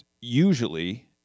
usually